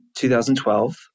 2012